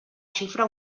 xifra